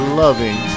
loving